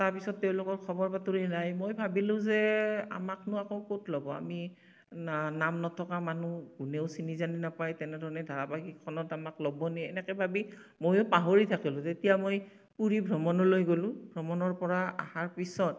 তাৰ পিছত তেওঁলোকৰ খবৰ বাতৰি নাই মই ভাবিলোঁ যে আমাকনো আকৌ ক'ত ল'ব আমি নাম নথকা মানুহ কোনেও চিনি জানি নাপায় তেনেধৰণে ধাৰাবাহিকখনত আমাক ল'বনে এনেকৈ ভাবি ময়ো পাহৰি থাকিলোঁ তেতিয়া মই পুৰি ভ্ৰমণলৈ গ'লোঁ ভ্ৰমণৰ পৰা আহাৰ পিছত